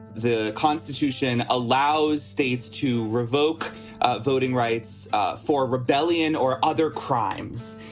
the constitution allows states to revoke voting rights for rebellion or other crimes,